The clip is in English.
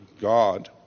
God